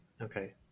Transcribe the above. Okay